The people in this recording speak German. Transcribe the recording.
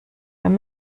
beim